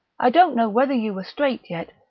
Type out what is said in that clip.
i didn't know whether you were straight yet,